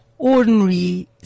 ordinary